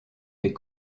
des